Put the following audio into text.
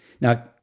Now